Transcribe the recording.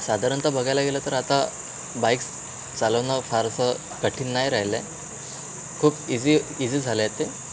साधारणत बघायला गेलं तर आता बाईक्स चालवणं फारसं कठीण नाही राहिलं आहे खूप इझी इझी झालं आहे ते